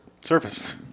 service